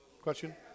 Question